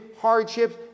hardships